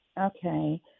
Okay